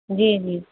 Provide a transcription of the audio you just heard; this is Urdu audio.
جی جی